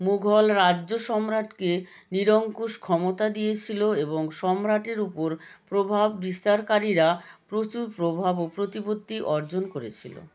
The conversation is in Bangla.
মুঘল রাজ্য সম্রাটকে নিরঙ্কুশ ক্ষমতা দিয়েছিলো এবং সম্রাটের উপর প্রভাব বিস্তারকারীরা প্রচুর প্রভাব ও প্রতিপত্তি অর্জন করেছিলো